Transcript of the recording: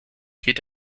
gilt